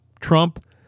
Trump